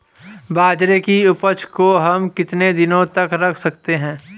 बाजरे की उपज को हम कितने दिनों तक रख सकते हैं?